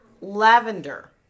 lavender